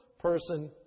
person